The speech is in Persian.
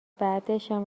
بعدشم